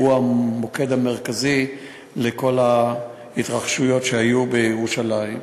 שהוא המוקד המרכזי של כל ההתרחשויות שהיו בירושלים.